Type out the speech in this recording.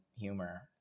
humor